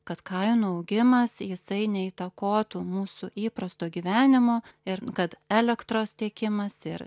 kad kainų augimas jisai neįtakotų mūsų įprasto gyvenimo ir kad elektros tiekimas ir